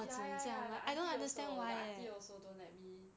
ya ya ya the aunty also the aunty also don't let me